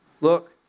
look